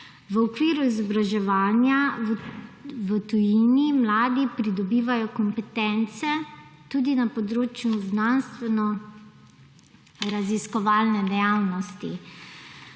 V okviru izobraževanja v tujini mladi pridobivajo kompetence tudi na področju znanstvenoraziskovalne dejavnosti.